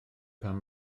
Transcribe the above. pan